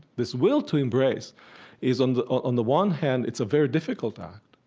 this will to embrace is, and on the one hand, it's a very difficult act,